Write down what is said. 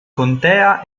contea